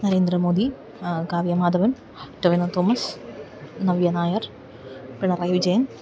Narendra Modi Kavya Madhavan Tovino Thomas Navya Nair Pinarayi Vijayan